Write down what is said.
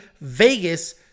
Vegas